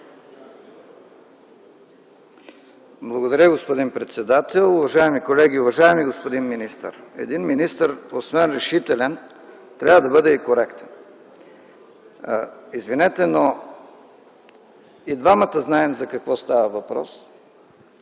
Благодаря, господин председател. Уважаеми колеги, уважаеми господин министър! Един министър, освен решителен, трябва да бъде и коректен. Извинете, но и двамата знаем за какво става въпрос.